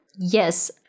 Yes